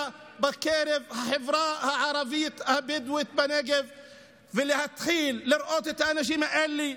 בקרב החברה הערבית הבדואית בנגב ולהתחיל לראות את האנשים האלה,